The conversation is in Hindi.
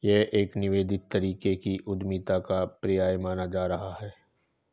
यह एक निवेदित तरीके की उद्यमिता का पर्याय माना जाता रहा है